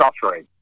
suffering